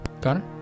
Connor